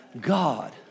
God